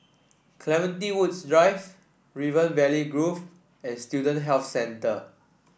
Clementi Woods Drive River Valley Grove and Student Health Centre